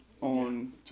on